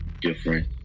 different